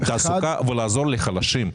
תעסוקה ולעזור לחלשים.